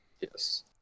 Yes